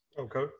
Okay